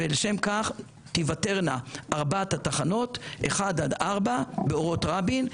ולשם כך תיוותרנה ארבעת התחנות 1-4 באורות רבין,